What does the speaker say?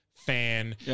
fan